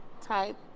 type